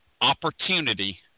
opportunity